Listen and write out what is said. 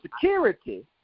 security